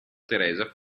teresa